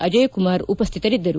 ಅಜಯ್ಕುಮಾರ್ ಉಪಸ್ವಿತರಿದ್ದರು